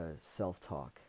self-talk